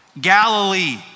Galilee